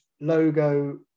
logo